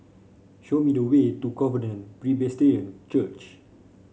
show me the way to Covenant Presbyterian Church